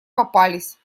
попались